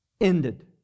ended